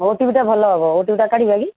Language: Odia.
ଓଟିଭିଟା ଭଲ ହେବ ଓଟିଭିଟା କାଢ଼ିବା କି